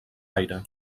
aire